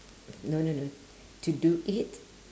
no no no to do it